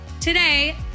Today